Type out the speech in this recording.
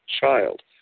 Child